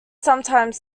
sometimes